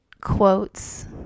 quotes